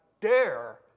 dare